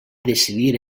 decidir